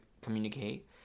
communicate